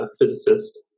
physicist